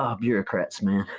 ah bureaucrats, man.